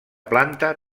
planta